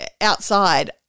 outside